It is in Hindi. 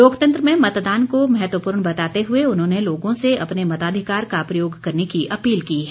लोकतंत्र में मतदान को महत्वपूर्ण बताते हुए उन्होंने लोगों से अपने मताधिकार का प्रयोग करने की अपील की है